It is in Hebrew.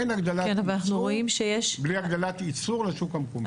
אין הגדלת ייצוא בלי הגדלת ייצור לשוק המקומי.